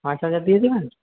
পাঁচ হাজার দিয়ে দেবেন